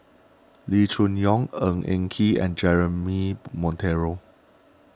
Loo Choon Yong Ng Eng Kee and Jeremy Monteiro